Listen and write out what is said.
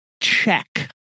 check